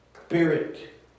spirit